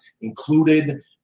included